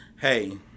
hey